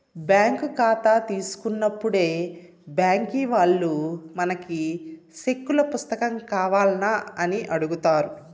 bank కాతా తీసుకున్నప్పుడే బ్యాంకీ వాల్లు మనకి సెక్కుల పుస్తకం కావాల్నా అని అడుగుతారు